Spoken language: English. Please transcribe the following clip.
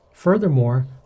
Furthermore